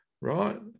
Right